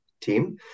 team